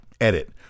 Edit